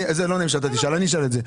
אני אשאל את זה.